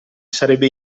sarebbe